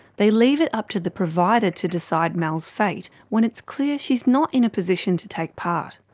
they leave it up to the provider to decide mel's fate, when it's clear she's not in a position to take part.